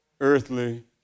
earthly